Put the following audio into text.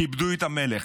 כיבדו את המלך.